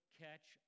catch